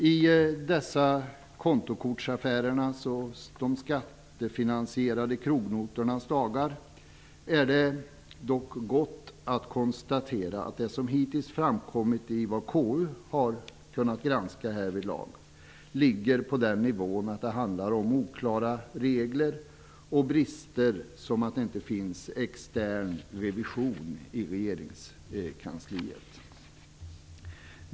I dessa kontokortsaffärernas och de skattefinansierade krognotornas dagar är det dock gott att konstatera att det som hittills framkommit i vad KU har kunnat granska härvidlag ligger på den nivån att det handlar om oklara regler och brister, som att det inte finns extern revision i regeringskansliet.